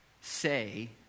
say